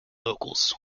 vocals